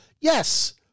Yes